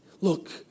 Look